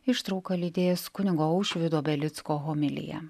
ištrauka lydėjęs kunigo aušvydo belicko homilija